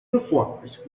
performers